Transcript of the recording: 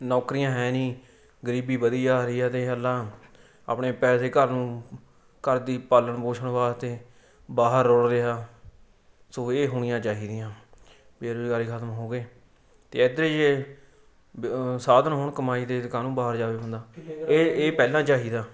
ਨੌਕਰੀਆਂ ਹੈ ਨਹੀਂ ਗਰੀਬੀ ਵਧੀ ਜਾ ਰਹੀ ਆ ਅਤੇ ਹਲਾ ਆਪਣੇ ਪੈਸੇ ਘਰ ਨੂੰ ਘਰ ਦੀ ਪਾਲਣ ਪੋਸ਼ਣ ਵਾਸਤੇ ਬਾਹਰ ਰੁਲ ਰਿਹਾ ਸੋ ਇਹ ਹੋਣੀਆਂ ਚਾਹੀਦੀਆਂ ਬੇਰੁਜ਼ਗਾਰੀ ਖਤਮ ਹੋਵੇ ਅਤੇ ਇੱਧਰ ਜੇ ਸਾਧਨ ਹੋਣ ਕਮਾਈ ਦੇ ਤਾ ਕਾਹਨੂੰ ਬਾਹਰ ਜਾਵੇ ਬੰਦਾ ਇਹ ਇਹ ਪਹਿਲਾਂ ਚਾਹੀਦਾ